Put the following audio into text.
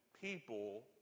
people